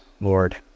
Lord